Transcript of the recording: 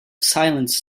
silence